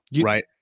right